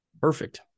perfect